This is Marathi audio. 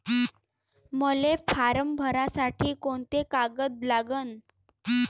मले फारम भरासाठी कोंते कागद लागन?